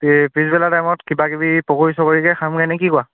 P পিছবেলা টাইমত কিবা কিবি পকৰী চকৰীকে খামগৈ নে কি কোৱা